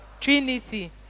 Trinity